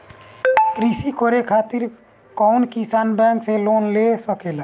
कृषी करे खातिर कउन किसान बैंक से लोन ले सकेला?